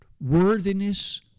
worthiness